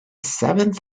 seventh